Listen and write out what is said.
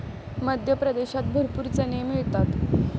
मध्य प्रदेशात भरपूर चणे मिळतात